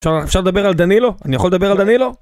אפשר לדבר על דנילו? אני יכול לדבר על דנילו?